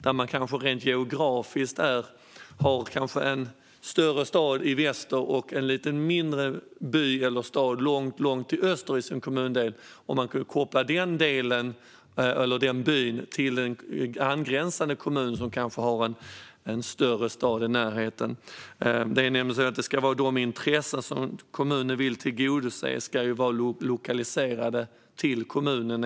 Det kan till exempel vara så att man rent geografiskt har en större stad i väster i en kommun och en lite mindre by eller stad långt i öster och att det handlar om att koppla den delen eller den byn till en angränsande kommun, som kanske har en större stad i närheten. Enligt lokaliseringsprincipen i kommunallagen är det nämligen så att de intressen som kommunen vill tillgodose ska vara lokaliserade till kommunen.